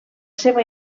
seva